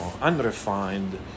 unrefined